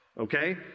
okay